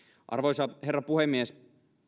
arvoisa herra puhemies